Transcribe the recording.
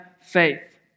faith